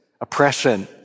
oppression